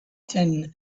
ten